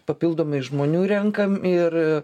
papildomai žmonių renkam ir